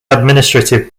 administrative